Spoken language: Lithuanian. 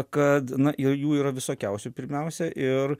kad na jų yra visokiausių pirmiausia ir